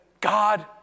God